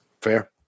Fair